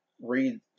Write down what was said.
read